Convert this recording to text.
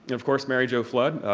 and of course mary jo flood,